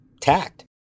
tact